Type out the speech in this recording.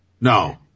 No